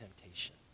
temptation